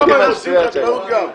שם הם עושים חקלאות גם.